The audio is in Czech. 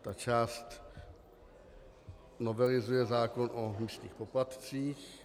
Ta část novelizuje zákon o místních poplatcích.